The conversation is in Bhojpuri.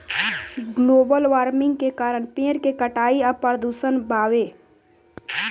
ग्लोबल वार्मिन के कारण पेड़ के कटाई आ प्रदूषण बावे